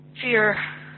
fear